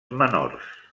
menors